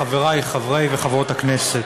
חברי וחברי וחברות הכנסת,